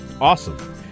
Awesome